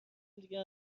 دیگه